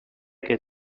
que